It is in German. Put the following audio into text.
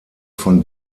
von